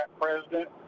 president